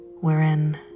Wherein